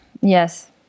Yes